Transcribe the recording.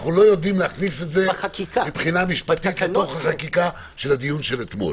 אנחנו לא יודעים להכניס את זה משפטית לחקיקה של הדיון של אתמול.